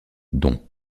dont